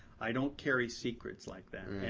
i don't carry secrets like that.